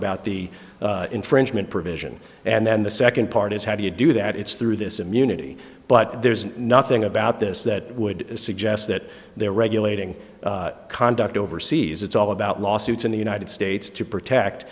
about the infringement provision and then the second part is how do you do that it's through this immunity but there's nothing about this that would suggest that there regulating conduct overseas it's all about lawsuits in the united states to protect